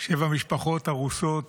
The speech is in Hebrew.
שבע משפחות הרוסות.